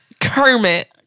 Kermit